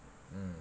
mm